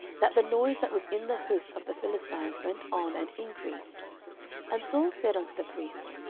that the noise that was in the host of the philistines went on and increased and saul said unto the priest,